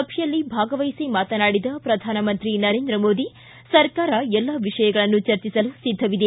ಸಭೆಯಲ್ಲಿ ಭಾಗವಹಿಸಿ ಮಾತನಾಡಿದ ಪ್ರಧಾನಮಂತ್ರಿ ನರೇಂದ್ರ ಮೋದಿ ಸರ್ಕಾರ ಎಲ್ಲಾ ವಿಷಯಗಳನ್ನು ಚರ್ಚಿಸಲು ಸಿದ್ದವಿದೆ